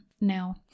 now